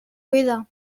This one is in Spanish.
vida